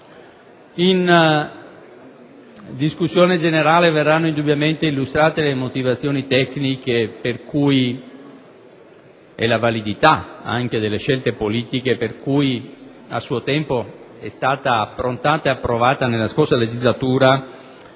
In discussione generale verranno indubbiamente illustrate le motivazioni tecniche e la validità delle scelte politiche per cui è stata approntata e approvata nella scorsa legislatura